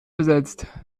besetzt